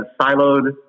siloed